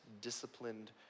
disciplined